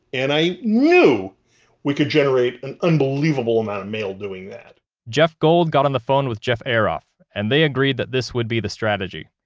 and i knew we could generate an unbelievable amount of mail doing that jeff gold got on the phone with jeff eroff. and they agreed that this would be the strategy.